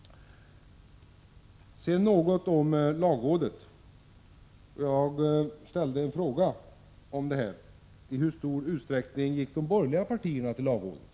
Sedan något om lagrådet. Jag ställde en fråga om i hur stor utsträckning de borgerliga gick till lagrådet.